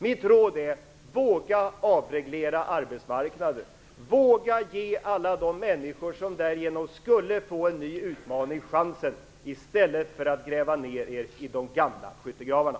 Mitt råd är: Våga avreglera arbetsmarknaden och våga ge alla de människor som därigenom skulle få en ny utmaning chansen i stället för att gräva ner er i de gamla skyttegravarna.